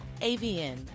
AVN